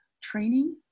training